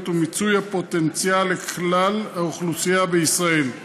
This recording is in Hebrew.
ומיצוי הפוטנציאל לכלל האוכלוסייה בישראל.